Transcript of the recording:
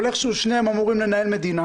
אבל איכשהו שניהם אמורים לנהל מדינה